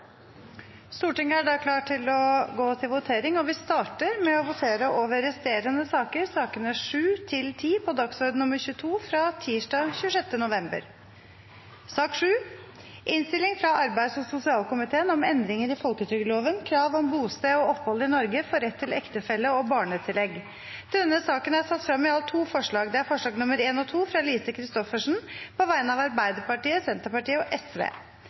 Stortinget er da klar til å gå til votering, og vi starter med å votere over resterende saker – sakene nr. 7–10 – på dagsorden nr. 22 fra tirsdag 26. november 2019. Under debatten har Lise Christoffersen satt frem to forslag på vegne av Arbeiderpartiet, Senterpartiet og Sosialistisk Venstreparti. Forslag nr. 1 lyder: «Prop. 129 L Endringer i folketrygdloven (krav om bosted og opphold i Norge for rett til ektefelle- og barnetillegg, sendes tilbake til regjeringen.» Forslag